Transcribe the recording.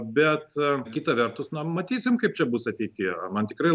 bet kita vertus na matysim kaip čia bus ateityje man tikrai